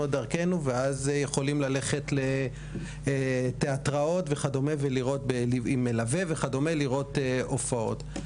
דרכנו ואז יכולים ללכת לתיאטראות עם מלווה וכדומה לראות הופעות.